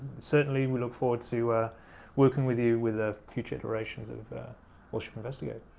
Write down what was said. certainly we look forward to ah working with you with the future iterations of authorship investigate.